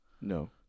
No